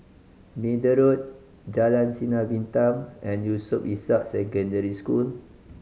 Middle Road Jalan Sinar Bintang and Yusof Ishak Secondary School